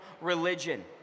religion